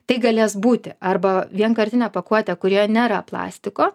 tai galės būti arba vienkartinė pakuotė kurioje nėra plastiko